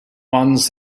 ones